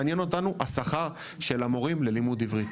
מעניין אותנו השכר של המורים ללימוד עברית.